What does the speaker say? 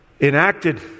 enacted